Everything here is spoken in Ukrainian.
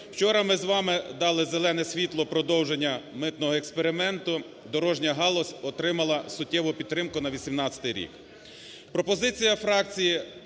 Вчора ми з вами дали зелене світло продовження митного експерименту. Дорожня галузь отримала суттєву підтримку на 2018 рік.